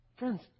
Friends